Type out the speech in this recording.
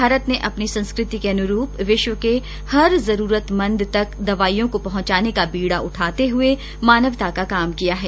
भारत ने अपने संस्कृति के अनुरूप विश्व के हर जरूरतमंद तक दवाइयों को पहुँ चाने का बीड़ा उठाते हुए मानवता का काम किया है